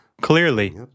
Clearly